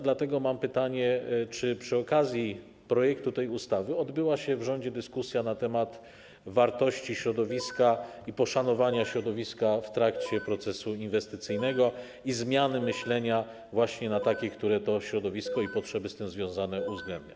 Dlatego mam pytanie: Czy przy okazji projektu tej ustawy odbyła się wśród członków rządu dyskusja na temat wartości środowiska, poszanowania środowiska w trakcie procesu inwestycyjnego i zmiany myślenia właśnie na takie, które środowisko i potrzeby z tym związane uwzględnia?